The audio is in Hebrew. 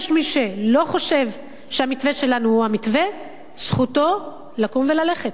יש מי שלא חושב שהמתווה שלנו הוא המתווה זכותו לקום וללכת.